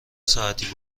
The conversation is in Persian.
ساعتی